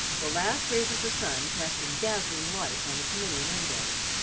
the last rays of the sun casting dazzling lights on its many windows.